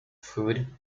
food